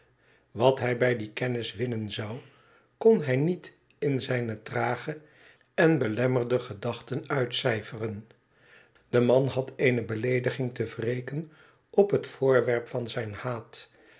wat hij bij die kennis winnen zou kon hij niet in zijne trage en belemmerde gedachten uitcijferen de man had eene beleediging te wreken op het voorwerp van zijn haat